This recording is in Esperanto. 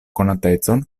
konatecon